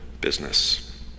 business